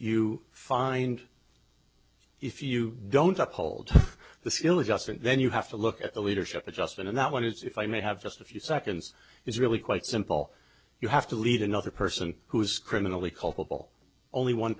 you find if you don't uphold the skill of justin then you have to look at the leadership of justin and that one is if i may have just a few seconds is really quite simple you have to lead another person who is criminally culpable only one